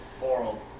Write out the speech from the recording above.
oral